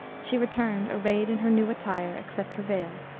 she returned, arrayed in her new attire, except her veil.